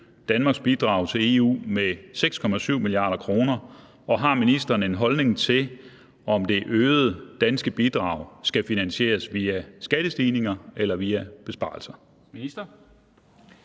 Danmarks bidrag til EU med 6,7 mia. kr., og har ministeren en holdning til, om det øgede danske bidrag skal finansieres via skattestigninger eller via besparelser?